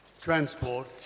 transport